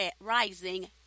rising